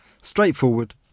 Straightforward